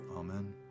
Amen